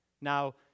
Now